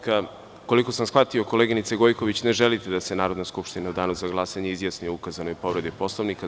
Koliko sam shvatio koleginice Gojković, ne želite da se Narodna skupština u Danu za glasanje izjasni o ukazanoj povredi Poslovnika? (Ne)